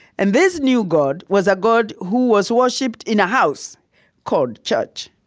and this new god was a god who was worshipped in a house called church.